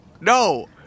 No